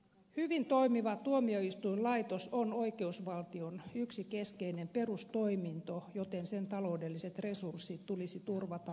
hyvin toimiva tuomioistuinlaitos on oikeusvaltion yksi keskeinen perustoiminto joten sen taloudelliset resurssit tulisi turvata asianmukaisesti